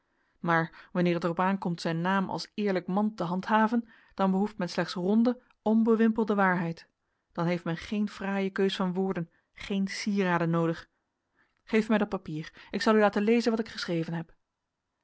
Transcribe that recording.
maar wanneer het er op aankomt zijn naam als eerlijk man te handhaven dan behoeft men slechts ronde onbewimpelde waarheid dan heeft men geen fraaie keus van woorden geen sieraden noodig geef mij dat papier ik zal u laten lezen wat ik geschreven heb